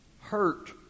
hurt